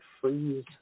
freeze